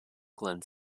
glen